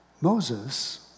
Moses